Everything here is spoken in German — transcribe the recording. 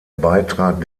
beitrag